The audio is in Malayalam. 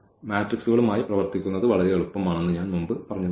മെട്രിക്സുകളുമായി പ്രവർത്തിക്കുന്നത് വളരെ എളുപ്പമാണെന്ന് ഞാൻ മുമ്പ് പറഞ്ഞതുപോലെ